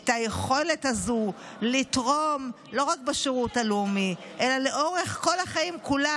את היכולת הזו לתרום לא רק בשירות הלאומי אלא לאורך כל החיים כולם.